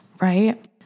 right